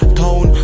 town